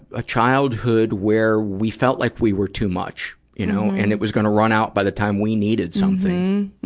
a childhood where we felt like we were too much, you know, and it was gonna run out by the time we needed something.